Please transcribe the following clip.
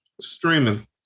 streaming